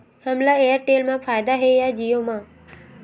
हमला एयरटेल मा फ़ायदा हे या जिओ मा?